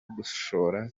gushora